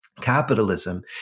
capitalism